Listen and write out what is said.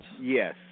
Yes